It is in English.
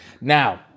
Now